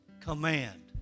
command